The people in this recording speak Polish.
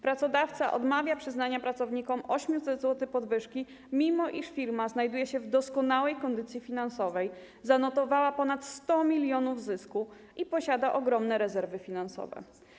Pracodawca odmawia przyznania pracownikom 800 zł podwyżki, mimo iż firma znajduje się w doskonałej kondycji finansowej: zanotowała ponad 100 mln zysku i posiada ogromne rezerwy finansowe.